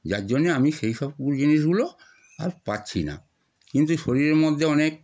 যার জন্যে আমি সেই সব জিনিসগুলো আর পারছি না কিন্তু শরীরের মধ্যে অনেক